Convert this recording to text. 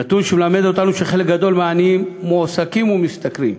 נתון שמלמד אותנו שחלק גדול מהעניים מועסקים ומשתכרים,